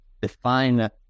define